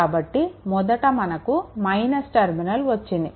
కాబట్టి మొదట మనకు - టెర్మినల్ వచ్చింది